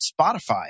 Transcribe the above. Spotify